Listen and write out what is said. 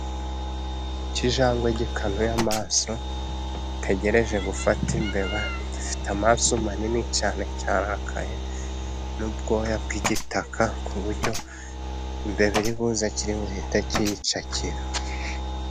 Ikijangwe gikanuye amaso， gitegereje gufata imbeba， gifite amaso manini cyane，cyarakaye， n'ubwoya bw'igitaka， ku buryo imbeba iri buze kiri buhite kiyicakira.